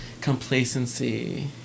Complacency